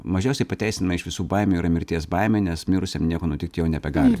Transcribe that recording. mažiausiai pateisinama iš visų baimių yra mirties baimė nes mirusiam nieko nutikti jau nebegali